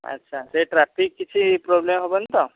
ଆଚ୍ଛା ସେ ଟ୍ରାଫିକ୍ କିଛି ପ୍ରୋବ୍ଲେମ୍ ହେବନି ତ